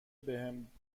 بهم